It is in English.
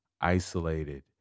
isolated